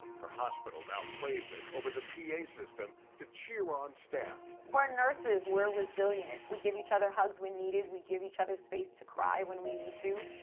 her hospital now plays it over the p a. system to cheer on staff. we're nurses. we're resilient. we give each other hugs when we needed. we give each other space to cry when we need to.